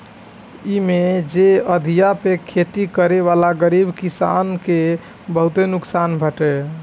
इमे जे अधिया पे खेती करेवाला गरीब किसानन के बहुते नुकसान बाटे